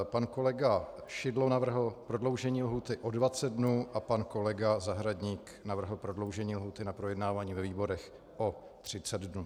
Pan kolega Šidlo navrhl prodloužení lhůty o 20 dnů a pan kolega Zahradník navrhl prodloužení lhůty na projednávání ve výborech o 30 dnů.